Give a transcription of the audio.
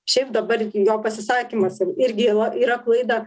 šiaip dabar jo pasisakymas irgi yla yra klaida